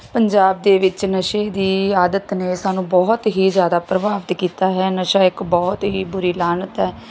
ਪੰਜਾਬ ਦੇ ਵਿੱਚ ਨਸ਼ੇ ਦੀ ਆਦਤ ਨੇ ਸਾਨੂੰ ਬਹੁਤ ਹੀ ਜ਼ਿਆਦਾ ਪ੍ਰਭਾਵਿਤ ਕੀਤਾ ਹੈ ਨਸ਼ਾ ਇੱਕ ਬਹੁਤ ਹੀ ਬੁਰੀ ਲਾਹਨਤ ਹੈ